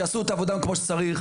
שיעשו את העבודה כמו שצריך,